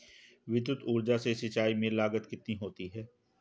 विद्युत ऊर्जा से सिंचाई में लागत कितनी होती है?